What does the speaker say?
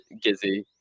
Gizzy